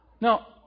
Now